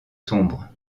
sombre